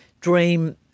Dream